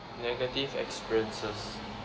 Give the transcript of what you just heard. negative experiences